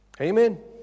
Amen